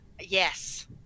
yes